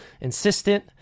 insistent